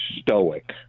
stoic